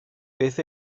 beth